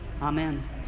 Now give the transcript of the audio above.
Amen